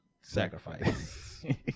sacrifice